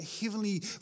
heavenly